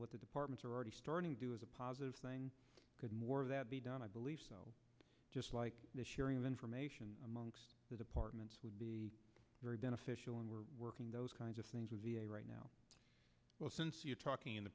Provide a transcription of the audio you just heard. what the departments are already starting to do is a positive thing because more of that be done i believe just like the sharing of information among the departments would be very beneficial and we're working those kinds of things with v a right now well since you are talking in the